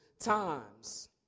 times